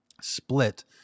split